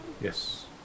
Yes